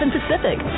Pacific